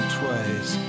twice